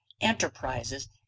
enterprises